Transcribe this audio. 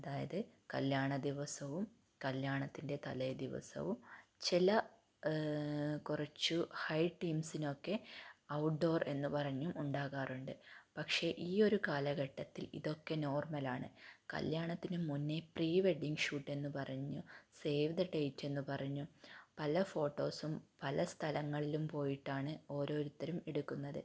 അതായത് കല്യാണ ദിവസവും കല്യാണത്തിൻ്റെ തലേ ദിവസവും ചെല കുറച്ചു ഹൈ ടീമ്സിനൊക്കെ ഔട്ട് ഡോർ എന്ന് പറഞ്ഞും ഉണ്ടാകാറുണ്ട് പക്ഷെ ഈ ഒരു കാലഘട്ടത്തിൽ ഇതൊക്കെ നോർമൽ ആണ് കല്യാണത്തിന് മുന്നെ പ്രീവെഡിങ്ങ് ഷൂട്ടെന്ന് പറഞ്ഞും സേവ് ദ ഡേറ്റ് എന്ന് പറഞ്ഞും പല ഫോട്ടോസും പല സ്ഥലങ്ങളിലും പോയിട്ടാണ് ഓരോരുത്തരും എടുക്കുന്നത്